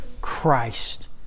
Christ